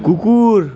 কুকুর